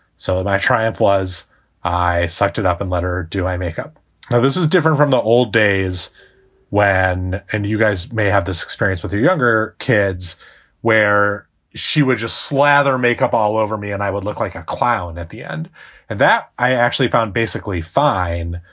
so my triumph was i sucked it up and let her do my makeup. now this is different from the old days when and you guys may have this experience with your younger kids where she would just slather makeup all over me and i would look like a clown at the end and that i actually found basically fine,